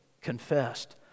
confessed